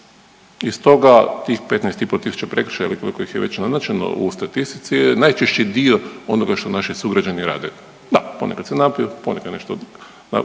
I stoga tih 15,5 tisuća prekršaja ili koliko ih je već naznačeno u statistici je najčešći dio onoga što naši sugrađani rade. Da, ponekad se napiju, ponekad nešto kažu